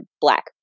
black